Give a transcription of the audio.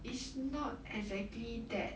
it's not exactly that